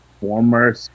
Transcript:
former